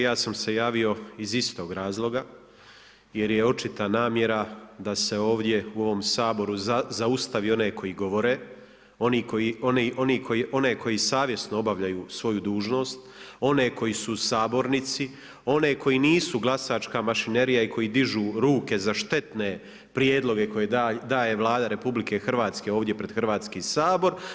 Ja sam se javio iz istog razloga jer je očita namjera da se ovdje u ovom Saboru zaustavi one koji govore, one koji savjesno obavljaju svoju dužnost, one koji su u sabornici, oni koji nisu glasačka mašinerija i koji dižu ruke za štetne prijedloge koje daje Vlada RH ovdje pred Hrvatski sabor.